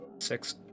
six